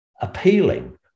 appealing